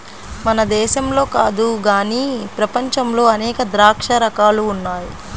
మన దేశంలో కాదు గానీ ప్రపంచంలో అనేక ద్రాక్ష రకాలు ఉన్నాయి